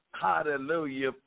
Hallelujah